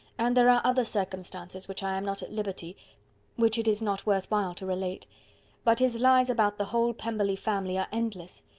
and there are other circumstances which i am not at liberty which it is not worth while to relate but his lies about the whole pemberley family are endless.